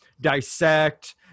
dissect